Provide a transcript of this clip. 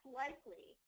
likely